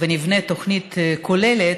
ונבנה תוכנית כוללת.